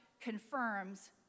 confirms